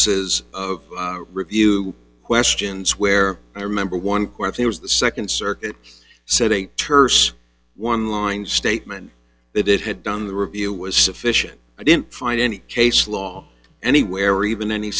says of review questions where i remember one question was the second circuit said a terse one line statement that it had done the review was sufficient i didn't find any case law anywhere or even any